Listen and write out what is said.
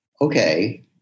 Okay